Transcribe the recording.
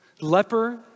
leper